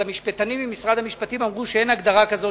אז המשפטנים ממשרד המשפטים אמרו שאין הגדרה כזאת,